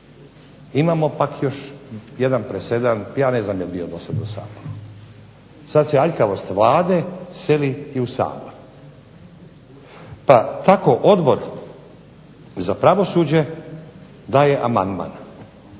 imamo pak još jedan presedan. Ja ne znam da li je do sada bio u Saboru. sada se aljkavost Vlade seli u SAbor. Pa tako Odbor za pravosuđe dajem amandman